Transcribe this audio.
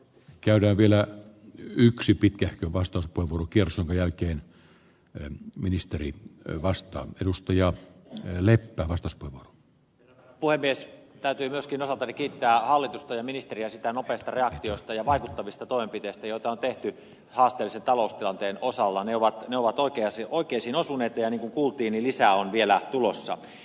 käytävillä yksi pitkähkö vasta kun volkers jonka jälkeen eun ministerit vasta edustaja nelikko vastustavaa puhemies päätyi myöskin osaltani kiittää hallitusta ja ministeriöstä nopeita reaktioista ja vaikuttavista toimenpiteistä joita on tehty asteisen taloustilanteen osallanevat ne ovat oikeasti poikkesin asuneet pienen kulttinimissä on vielä tulossa